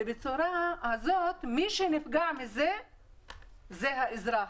ובצורה הזאת מי שנפגע מזה זה האזרח